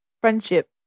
friendship